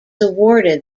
awarded